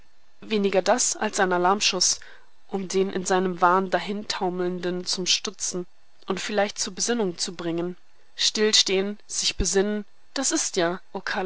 weniger das als ein alarmschuß um den in seinem wahn dahintaumelnden zum stutzen und vielleicht zur besinnung zu bringen stillstehen sich besinnen das ist ja